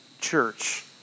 church